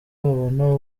babona